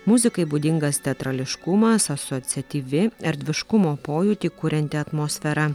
muzikai būdingas teatrališkumas asociatyvi erdviškumo pojūtį kurianti atmosfera